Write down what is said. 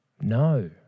No